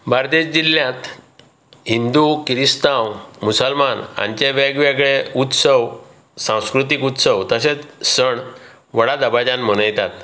बार्देस जिल्ल्यांत हिंदू किरीस्तांव मुसलमान हांचे वेगवेगळे उत्सव सांस्कृतीक उत्सव तशेंच सण व्हडा दबाज्यान मनयतात